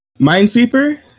minesweeper